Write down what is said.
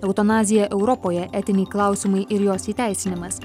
eutanazija europoje etiniai klausimai ir jos įteisinimas